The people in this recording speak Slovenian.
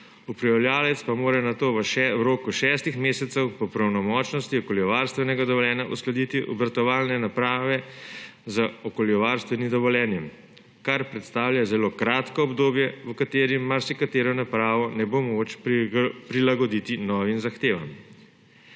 upravljavec pa mora nato v roku šestih mesecev po pravnomočnosti okoljevarstvenega dovoljenja uskladiti obratovalne naprave z okoljevarstvenim dovoljenjem, kar predstavlja zelo kratko obdobje, v katerem marsikatero napravo ne bo mogoče prilagoditi novim zahtevam.